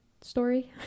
Story